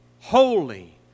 holy